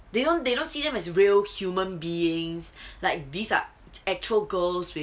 they don't they don't see them as real human beings like these are actual girls with